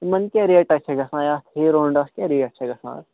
یِمن کیٛاہ ریٹا چھےٚ گَژھان یَتھ ہیٖرو ہونڈاہس کیٛاہ ریٹ چھےٚ گژھان آز